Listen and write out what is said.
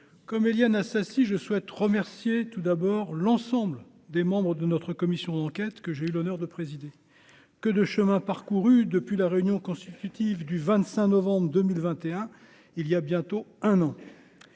comme Éliane Assassi je souhaite remercier tout d'abord, l'ensemble des membres de notre commission d'enquête que j'ai eu l'honneur de présider, que de chemin parcouru depuis la réunion constitutive du 25 novembre 2021 il y a bientôt un an,